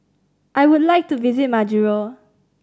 I would like to visit Majuro